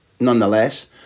Nonetheless